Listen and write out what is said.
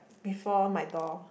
before my door